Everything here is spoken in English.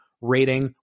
rating